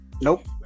nope